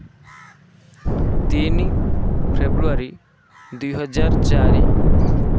ତିନି ଫେବୃଆରୀ ଦୁଇ ହଜାର ଚାରି